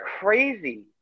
crazy